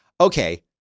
Okay